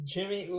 Jimmy